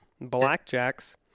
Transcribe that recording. blackjacks